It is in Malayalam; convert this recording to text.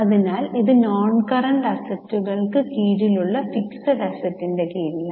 അതിനാൽ ഇത് നോൺകറന്റ് അസറ്റുകൾക്ക് കീഴിലുള്ള ഫിക്സഡ് അസ്സെറ്റിന്റെ കീഴിലാണ്